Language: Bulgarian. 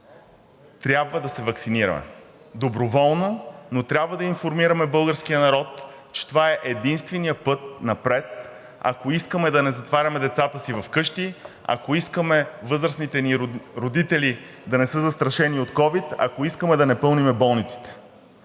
„Трябва да се ваксинираме!“ Доброволно, но трябва да информираме българския народ, че това е единственият път напред, ако искаме да не затваряме децата си вкъщи, ако искаме възрастните ни родители да не са застрашени от ковид, ако искаме да не пълним болниците.